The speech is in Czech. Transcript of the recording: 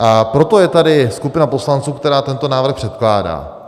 A proto je tady skupina poslanců, která tento návrh předkládá.